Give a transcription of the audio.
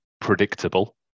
predictable